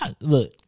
look